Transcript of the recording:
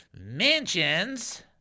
Mansions